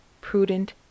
prudent